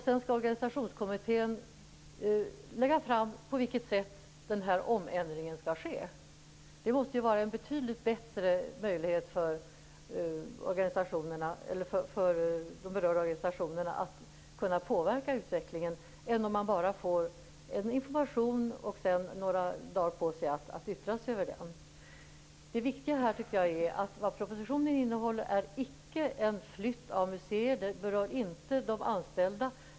Sedan skulle organisationskommittén lägga fram ett förslag om på vilket sätt denna omändring skall ske. Det måste vara en betydligt bättre möjlighet för de berörda organisationerna att kunna påverka utvecklingen än om man bara får information och sedan har några dagar på sig att yttra sig över den. Det viktiga här tycker jag är att propositionen icke innehåller en flytt av museer. Detta berör inte de anställda.